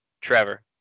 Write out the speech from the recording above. Trevor